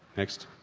next?